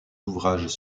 ouvrages